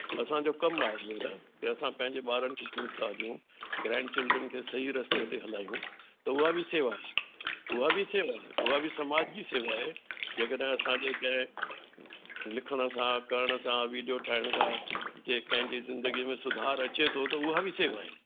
असांजो कमु आहे हींअर असां पंहिंजे ॿारनि खे संस्कार ॾियूं ग्रैंड चिल्ड्रन खे सही रस्ते ते हलायूं त उहा बि सेवा आहे उहा बि सेवा आहे उहा बि समाज जी सेवा आहे जे कॾहिं असांजे कंहिं लिखण सां करण सां विडियो ठाहिण सां जंहिं कंहिंजी ज़िंदगीअ में सुधार अचे थो त उहा बि सेवा आहे